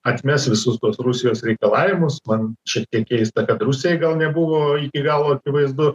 atmes visus tuos rusijos reikalavimus man šiek tiek keista kad rusijai gal nebuvo iki galo akivaizdu